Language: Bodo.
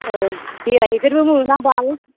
औ बेराय हैफेरनोबो मोना बाल